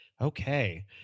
Okay